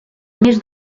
més